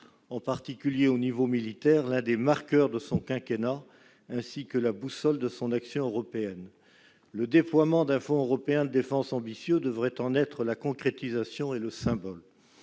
en particulier dans le domaine militaire, l'un des marqueurs de son quinquennat, ainsi que la boussole de son action européenne. Le déploiement d'un fonds européen de défense ambitieux devrait en être la concrétisation et le symbole.